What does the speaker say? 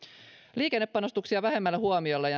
liikennepanostuksia vähemmälle huomiolle